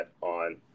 on